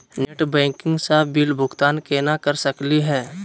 Net banking स bill भुगतान केना कर सकली हे?